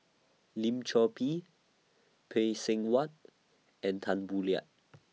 Lim Chor Pee Phay Seng Whatt and Tan Boo Liat